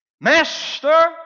Master